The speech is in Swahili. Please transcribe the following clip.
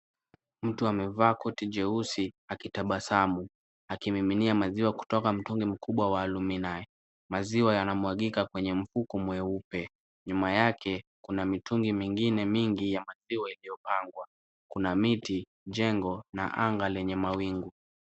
Mtu amevaa koti jeusi akitabasamu akimiminia maziwa kutoka mtungi mkubwa wa alumini . Maziwa yanamwagika kwenye mfuko mweupe. Nyuma yake kuna mitungi mingine mingi ya maziwa iliyopangwa. Kuna miti, jengo na anga lenye mawingu.